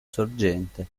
sorgente